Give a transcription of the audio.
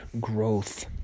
growth